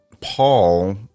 Paul